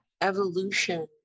evolution